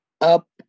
up